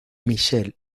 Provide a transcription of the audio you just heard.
michele